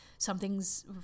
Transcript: something's